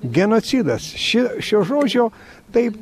genocidas ši šio žodžio taip